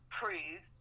prove